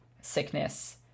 sickness